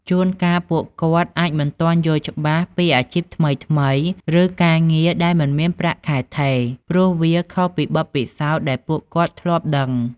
ជួនកាល ពួកគាត់អាចមិនទាន់យល់ច្បាស់ពីអាជីពថ្មីៗ ឬការងារដែលមិនមានប្រាក់ខែថេរ ព្រោះវាខុសពីបទពិសោធន៍ដែលពួកគាត់ធ្លាប់ដឹង។